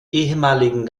ehemaligen